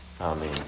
Amen